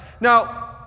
Now